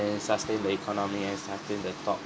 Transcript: sustain the economy and starting the top